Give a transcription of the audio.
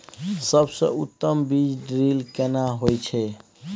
सबसे उत्तम बीज ड्रिल केना होए छै?